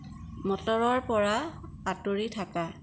মটৰৰ পৰা আঁতৰি থাকা